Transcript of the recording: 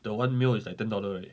the one meal is like ten dollar right